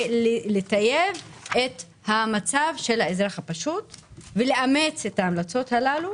לטייב את המצב של האזרח הפשוט ולאמץ את ההמלצות הללו